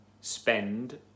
spend